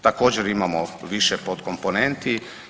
Također imamo više potkomponenti.